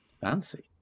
fancy